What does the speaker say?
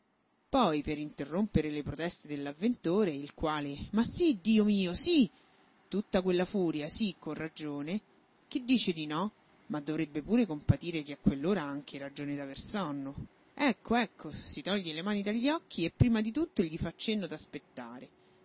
poi per interrompere le proteste dell'avventore il quale ma sí dio mio sí tutta quella furia sí con ragione chi dice di no ma dovrebbe pure compatire chi a quell'ora ha anche ragione d'aver sonno ecco ecco si toglie le mani dagli occhi e prima di tutto gli